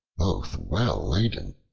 both well laden.